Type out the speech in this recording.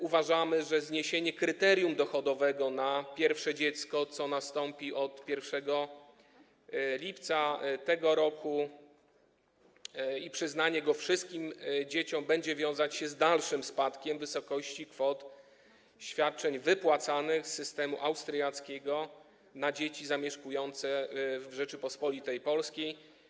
Uważamy, że zniesienie kryterium dochodowego na pierwsze dziecko, co nastąpi od 1 lipca tego roku, i przyznanie tego świadczenia wszystkim dzieciom będą wiązać się z dalszym spadkiem wysokości kwot świadczeń wypłacanych z systemu austriackiego na dzieci zamieszkujące w Rzeczypospolitej Polskiej.